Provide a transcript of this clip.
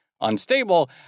unstable